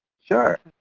sure.